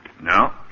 No